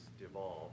devolve